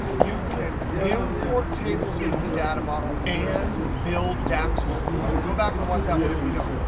you can import tables into the data model and build dax formulas. so go back and watch that one if you don't.